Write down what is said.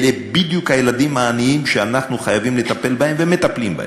אלה בדיוק הילדים העניים שאנחנו חייבים לטפל בהם ומטפלים בהם.